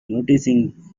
noticing